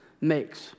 makes